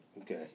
Okay